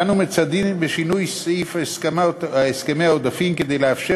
אנו מצדדים בשינוי סעיף הסכמי העודפים כדי לאפשר